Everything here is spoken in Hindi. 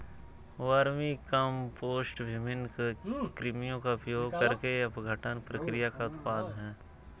वर्मीकम्पोस्ट विभिन्न कृमियों का उपयोग करके अपघटन प्रक्रिया का उत्पाद है